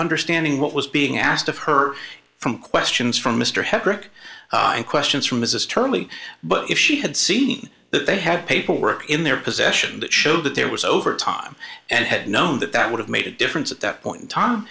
understanding what was being asked of her from questions from mr herrick and questions from his attorney but if she had seen that they had paperwork in their possession that show that there was over time and had known that that would have made a difference at that point